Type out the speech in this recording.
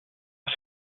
aus